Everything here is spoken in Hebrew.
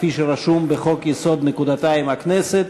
כפי שרשום בחוק-יסוד: הכנסת,